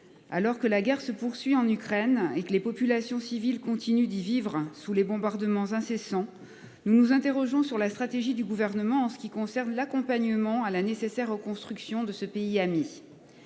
Alors que la guerre se poursuit en Ukraine et que les populations civiles continuent d'y vivre sous les bombardements incessants. Nous nous interrogeons sur la stratégie du gouvernement en ce qui concerne l'accompagnement à la nécessaire reconstruction de ce pays ami.